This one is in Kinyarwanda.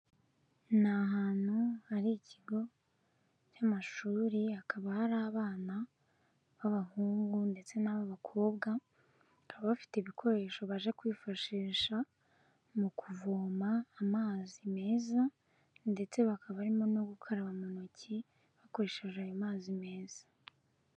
Ni ahantu hari ikigo cy'amashuri hakaba hari abana b'abahungu ndetse n'abakobwa bakaba bafite ibikoresho baje kwifashisha mu kuvoma amazi meza ndetse bakaba barimo no gukaraba mu ntoki bakoresheje ayo mazi meza.